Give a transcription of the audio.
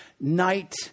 night